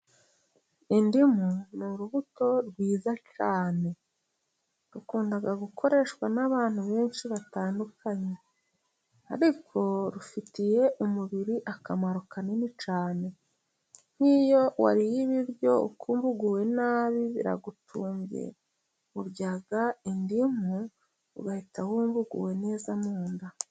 Indimu ni urubuto rwiza cyane rukunda gukoreshwa n'abantu benshi batandukanye, ariko rufitiye umubiri akamaro kanini cyane. Nk'iyo wariye ibiryo ukumva uguwe nabi biragutumbishije urya indimu ugahita wumva uguwe neza mu nda.